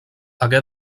hagué